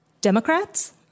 Democrats